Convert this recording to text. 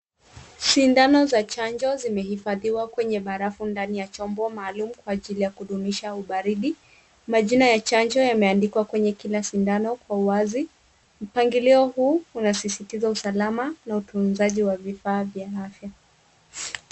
Sindano za chanjo zime hifadhiwa kwenye barafu ndani ya chombo maalum kwa ajili ya kudumishwa ubaridi. Majina ya chanjo yameandikwa kwenye kila sindano kwa uwazi. Mpangilio huu unasisitiza usalama na utunzaji wa vifaa vya afya.